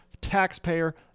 taxpayer